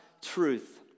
truth